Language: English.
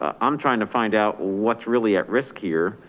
ah i'm trying to find out what's really at risk here,